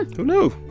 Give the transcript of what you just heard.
who knew?